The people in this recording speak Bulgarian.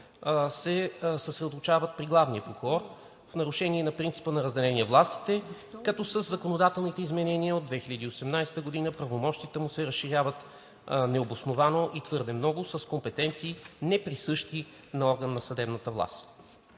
се съсредоточават при главния прокурор в нарушение на принципа на разделение на властите, като със законодателни изменения от 2018 г. правомощията му се разширяват необосновано и твърде много с компетенции, неприсъщи на съдебната власт.